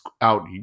out